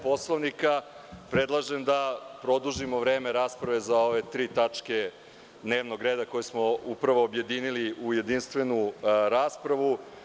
Poslovnika, predlažem da produžimo vreme rasprave za ove tri tačke dnevnog reda, koje smo upravo objedinili u jedinstvenu raspravu.